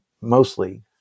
mostly